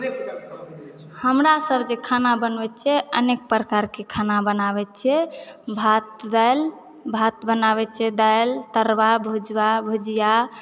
हमरा सभ जे खाना बनबैत छियै अनेक प्रकारके खाना बनाबैत छियै भात दालि भात बनाबैत छियै दालि तरुआ भुजबा भुजिआ